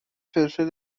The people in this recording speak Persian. فلفل